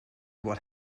what